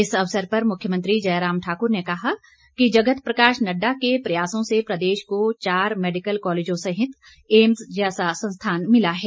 इस अवसर पर मुख्यमंत्री जयराम ठाक्र ने कहा कि जगत प्रकाश नड्डा के प्रयासों से प्रदेश को चार मैडिकल कॉलेजों सहित मिले ऐम्स जैसा संस्थान मिला है